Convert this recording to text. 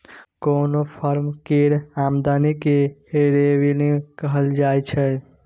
कोनो फर्म केर आमदनी केँ रेवेन्यू कहल जाइ छै